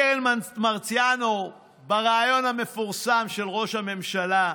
קרן מרציאנו, בריאיון המפורסם עם ראש הממשלה: